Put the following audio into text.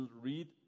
read